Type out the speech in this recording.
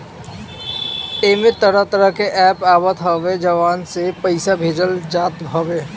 एमे तरह तरह के एप्प आवत हअ जवना से पईसा भेजल जात हवे